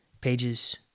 pages